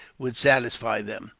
would satisfy them.